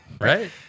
Right